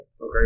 Okay